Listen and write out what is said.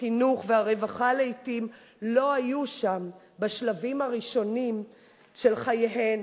החינוך והרווחה לעתים לא היו שם בשלבים הראשונים של חייהן,